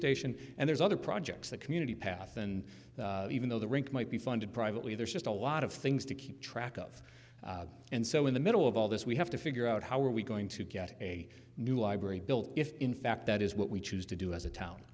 station and there's other projects the community path and even though the rink might be funded privately there's just a lot of things to keep track of and so in the middle of all this we have to figure out how are we going to get a new library built if in fact that is what we choose to do as a town